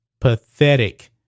pathetic